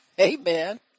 Amen